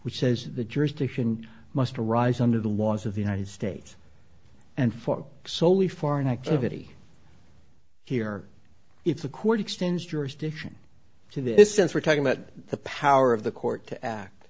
which says the jurisdiction must arise under the laws of the united states and for soli foreign activity here if the court extends jurisdiction to this since we're talking about the power of the court to act